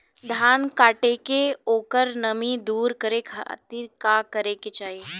धान कांटेके ओकर नमी दूर करे खाती का करे के चाही?